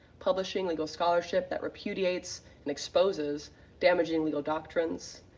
publishing legal scholarship that repudiates and exposes damaging legal doctrines,